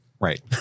Right